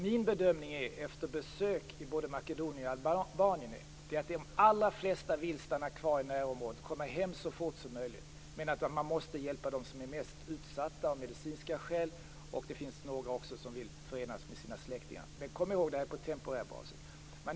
Min bedömning, efter besök i både Makedonien och Albanien, är att de allra flesta vill stanna kvar i närområdet och komma hem så fort som möjligt. Men man måste hjälpa dem som av medicinska skäl är mest utsatta. Vidare är det några som vill förenas med sina släktingar. Men kom ihåg att det är på temporär basis.